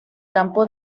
campo